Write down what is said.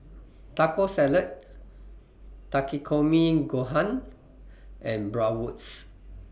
Taco Salad Takikomi Gohan and Bratwurst